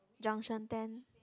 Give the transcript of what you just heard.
Junction Ten